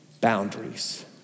boundaries